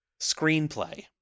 Screenplay